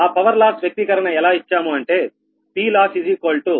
ఆ power loss వ్యక్తీకరణ ఎలా ఇచ్చాము అంటే PLoss 0